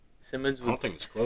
Simmons